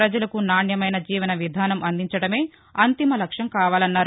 పజలకు నాణ్యమైన జీవనవిధానం అందించడమే అంతిమలక్ష్యం కావాలని అన్నారు